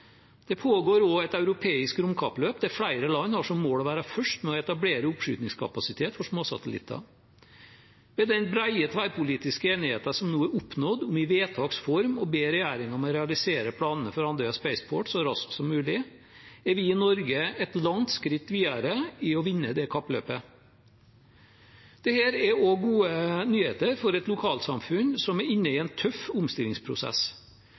Det pågår også et europeisk romkappløp der flere land har som mål å være først med å etablere oppskytningskapasitet for småsatellitter. Med den brede tverrpolitiske enigheten som nå er oppnådd om i vedtaks form å be regjeringen om å realisere planene for Andøya Spaceport så raskt som mulig, er vi i Norge et langt skritt videre i å vinne det kappløpet. Dette er også gode nyheter for et lokalsamfunn som er inne i en tøff omstillingsprosess.